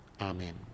amen